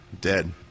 dead